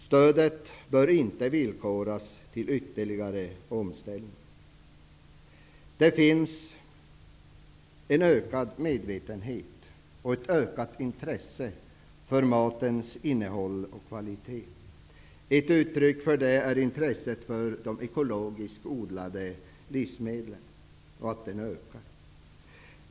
Stödet bör inte villkoras till ytterligare omställning. Det finns en ökad medvetenhet om och ett ökat intresse för matens innehåll och kvalitet. Ett uttryck för detta är att intresset för de ekologiskt odlade livsmedlen ökar.